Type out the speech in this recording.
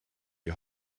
die